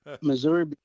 Missouri